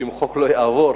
שאם החוק לא יעבור